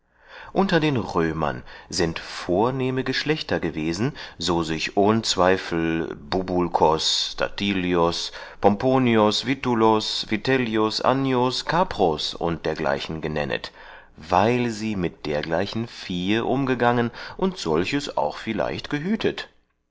unter den römern seind vornehme geschlechter gewesen so sich ohn zweifel bubulcos statilios pomponios vitulos vitellios annios capros und dergleichen genennet weil sie mit dergleichen viehe umgangen und solches auch vielleicht gehütet